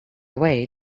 away